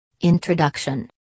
Introduction